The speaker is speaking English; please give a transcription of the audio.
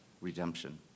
redemption